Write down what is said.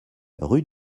rue